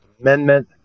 Amendment